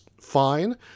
fine